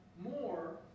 more